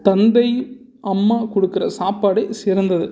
தந்தை அம்மா கொடுக்குற சாப்பாடே சிறந்தது